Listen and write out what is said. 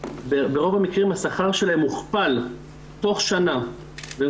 ברוב המקרים השכר שלהן הוכפל תוך שנה והן